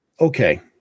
Okay